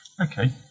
Okay